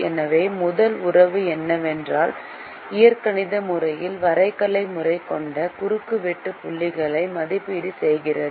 எனவே முதல் உறவு என்னவென்றால் இயற்கணித முறை வரைகலை முறை கொண்ட குறுக்குவெட்டு புள்ளிகளை மதிப்பீடு செய்கிறது